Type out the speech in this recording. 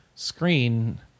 Screen